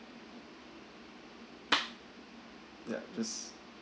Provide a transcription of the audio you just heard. ya just